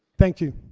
thank you.